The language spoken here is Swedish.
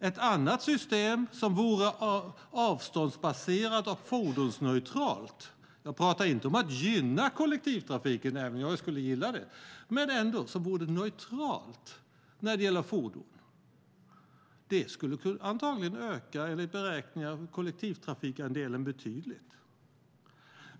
Ett annat system, som vore avståndsbaserat och fordonsneutralt - jag pratar inte om att gynna kollektivtrafiken, även om jag skulle gilla det - skulle antagligen enligt beräkningar öka kollektivtrafikandelen betydligt.